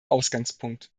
ausgangspunkt